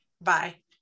Bye